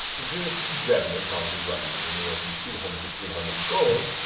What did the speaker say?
this gem would probably run you anywhere from two hundred to three hundred gold.